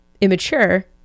immature